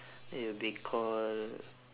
it will be called